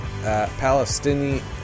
Palestinian